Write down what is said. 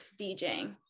DJing